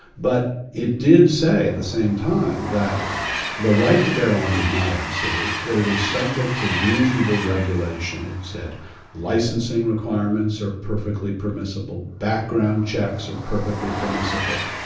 but it did say, at the same time, that the right to bear arms is not absolute, that it is subject to reasonable regulation it said licensing requirements are perfectly permissible, background checks are perfectly permissible.